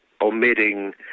omitting